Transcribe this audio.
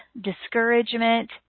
discouragement